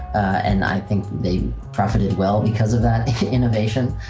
and i think they profited well, because of that innovation,